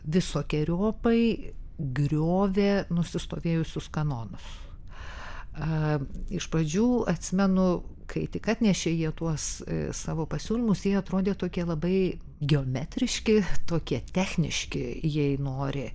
visokeriopai griovė nusistovėjusius kanonus a iš pradžių atsimenu kai tik atnešė jie tuos savo pasiūlymus jie atrodė tokie labai geometriški tokie techniški jei nori